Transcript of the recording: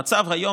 במצב היום,